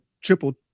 triple